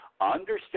Understand